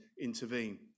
intervene